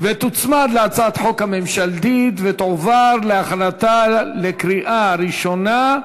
תוצמד להצעת החוק הממשלתית ותועבר להכנתה לקריאה ראשונה,